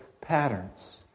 patterns